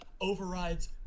overrides